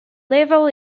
level